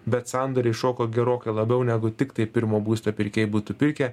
bet sandoriai šoko gerokai labiau negu tiktai pirmo būsto pirkėjai būtų pirkę